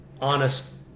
honest